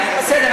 בסדר,